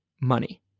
money